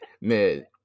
Man